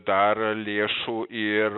dar lėšų ir